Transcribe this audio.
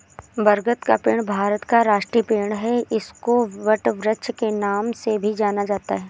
बरगद का पेड़ भारत का राष्ट्रीय पेड़ है इसको वटवृक्ष के नाम से भी जाना जाता है